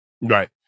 Right